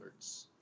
alerts